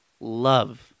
love